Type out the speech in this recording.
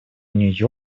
нью